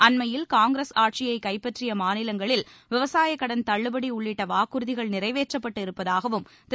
அண்மையில் காங்கிரஸ் ஆட்சியை கைப்பற்றிய மாநிலங்களில் விவசாயக் கடன் தள்ளுபடி உள்ளிட்ட வாக்குறுதிகள் நிறைவேற்றப்பட்டு இருப்பதாகவும் திரு